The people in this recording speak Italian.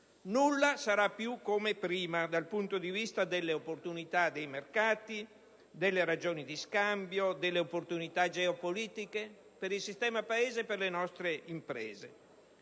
Nulla sarà più come prima dal punto di vista delle opportunità dei mercati, delle ragioni di scambio e delle opportunità geopolitiche per il sistema Paese e per le nostre imprese.